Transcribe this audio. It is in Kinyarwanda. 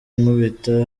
ankubita